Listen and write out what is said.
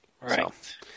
Right